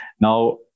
Now